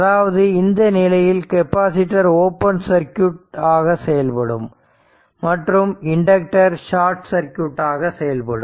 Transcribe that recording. அதாவது இந்த நிலையில் கெப்பாசிட்டர் ஓபன் சர்க்யூட் ஆக செயல்படும் மற்றும் இண்டக்டர் ஷார்ட் சர்க்யூட் செயல்படும்